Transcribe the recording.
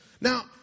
Now